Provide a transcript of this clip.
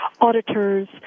auditors